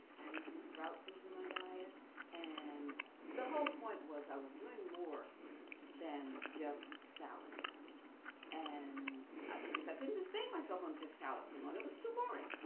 adding some sprouts into my diet and the whole point was i was doing more than just salads and because i couldn't sustain myself on just salads, ah that was too boring.